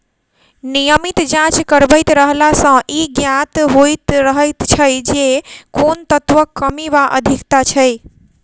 नियमित जाँच करबैत रहला सॅ ई ज्ञात होइत रहैत छै जे कोन तत्वक कमी वा अधिकता छै